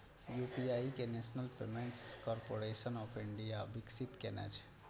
UPI कें national payments corporation of India विकसित केने छै